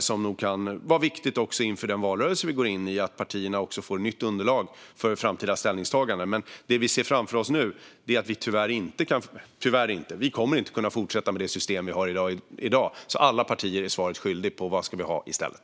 Det kan nog vara viktigt inför den valrörelse som vi går in i att partierna också får nytt underlag för framtida ställningstaganden. Men det som vi nu ser framför oss är att vi inte kommer att kunna fortsätta med det system som vi har i dag. Alla partier är därför svaret skyldiga om vad vi ska ha i stället.